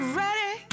ready